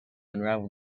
unravel